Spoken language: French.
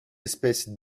espèces